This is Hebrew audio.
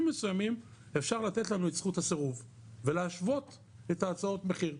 מסוימים אפשר לתת לנו את זכות הסירוב ולהשוות את הצעות המחיר.